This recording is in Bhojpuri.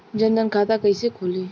जनधन खाता कइसे खुली?